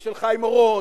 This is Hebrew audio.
ושל חיים אורון